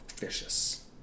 Vicious